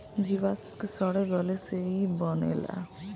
जीवाश्म के सड़े गले से ई बनेला